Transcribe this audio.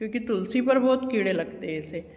क्योंकि तुलसी पर बहुत कीड़े लगते हैं ऐसे